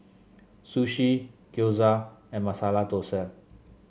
Sushi Gyoza and Masala Dosa